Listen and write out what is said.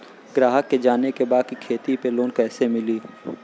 ग्राहक के जाने के बा की खेती पे लोन कैसे मीली?